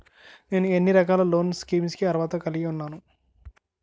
నేను ఎన్ని రకాల లోన్ స్కీమ్స్ కి అర్హత కలిగి ఉన్నాను?